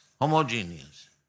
homogeneous